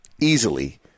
easily